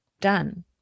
Done